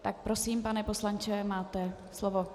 Tak prosím, pane poslanče, máte slovo.